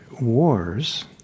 wars